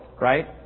right